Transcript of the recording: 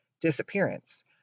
disappearance